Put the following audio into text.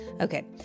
Okay